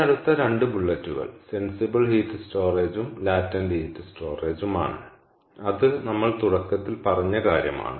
ഈ അടുത്ത 2 ബുള്ളറ്റുകൾ സെൻസിബിൾ ഹീറ്റ് സ്റ്റോറേജും ലാറ്റന്റ് ഹീറ്റ് സ്റ്റോറേജും ആണ് അത് നമ്മൾ തുടക്കത്തിൽ പറഞ്ഞ കാര്യമാണ്